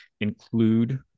include